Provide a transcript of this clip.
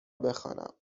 بخوانم